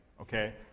okay